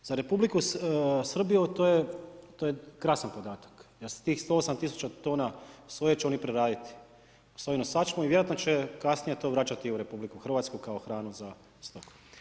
Za Republiku Srbiju to je krasan podatak jer se tih 108 tisuća tona soje će oni preraditi u sojinu sačmu i vjerojatno će kasnije to vraćati u RH kao hranu za stoku.